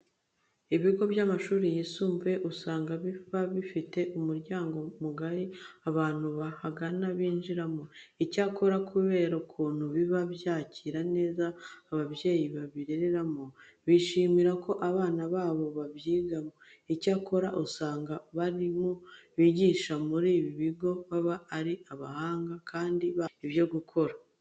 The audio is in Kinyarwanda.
Ibigo by'amashuri yisumbuye usanga biba bifite umuryango mugari abantu bahagana binjiriramo. Icyakora kubera ukuntu biba byakira neza ababyeyi babirereramo, bishimira ko abana babo babyigamo. Icyakora usanga abarimu bigisha muri ibi bigo baba ari abahanga kandi bazi ibyo bakora.